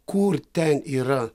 kur ten yra